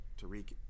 Tariq